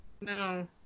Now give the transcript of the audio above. No